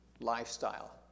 lifestyle